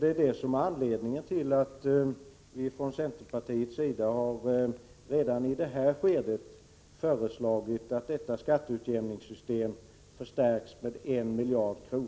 Det är det som är anledningen till att vi från centerpartiets sida redan i det här skedet har föreslagit att det kommunala skatteutjämningssystemet skall förstärkas med 1 miljard kronor.